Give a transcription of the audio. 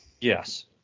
yes